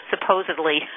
supposedly